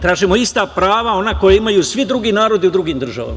Tražimo ista prava, ona koja imaju svi drugi narodi u drugim državama.